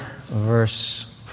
verse